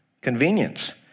Convenience